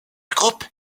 groupe